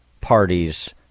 parties